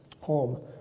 home